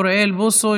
אוריאל בוסו,